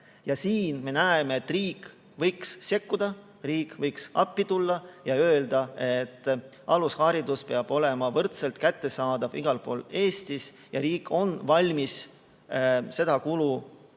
Me näeme, et riik võiks siin sekkuda, riik võiks appi tulla ja öelda, et alusharidus peab olema võrdselt kättesaadav igal pool Eestis ja riik on valmis seda kulu enda